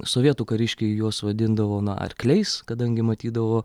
sovietų kariškiai juos vadindavo arkliais kadangi matydavo